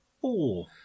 four